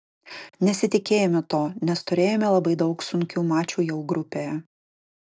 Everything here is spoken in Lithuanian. nesitikėjome to nes turėjome labai daug sunkių mačų jau grupėje